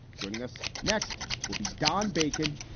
joining us next will be don bacon,